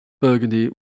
Burgundy